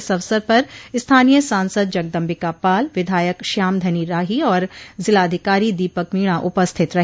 इस अवसर पर स्थानीय सांसद जगदम्बिका पाल विधायक श्याम धनी राही और जिलाधिकारी दीपक मीणा उपस्थित रहे